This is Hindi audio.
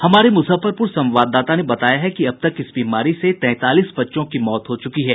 हमारे मुजफ्फरपुर संवाददाता ने बताया है कि अब तक इस बीमारी से तैंतालीस बच्चों की मौत हो चुकी हैं